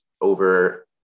over